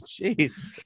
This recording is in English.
jeez